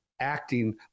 acting